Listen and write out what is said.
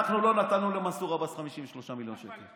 אנחנו לא נתנו למנסור עבאס 53 מיליון שקל.